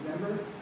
remember